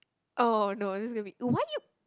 oh no that's going to be why you